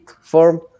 form